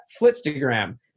Flitstagram